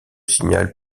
signal